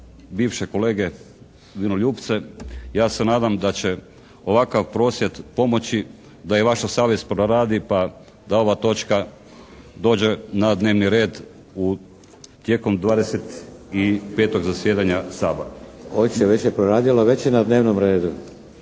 bivše kolege vinoljupce. Ja se nadam da će ovakav prosvjed pomoći da i vaša savjest proradi pa da ova točka dođe na dnevni red u, tijekom 25. zasjedanja Sabora. **Šeks, Vladimir (HDZ)** Hoće, već je proradila, već je na dnevnom redu.